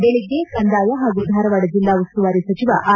ಬೆಳಿಗ್ಗೆ ಕಂದಾಯ ಹಾಗೂ ಧಾರವಾಡ ಜಿಲ್ಲಾ ಉಸ್ತುವಾರಿ ಸಚಿವ ಆರ್